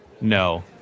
No